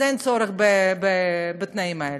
אז אין צורך בתנאים האלה.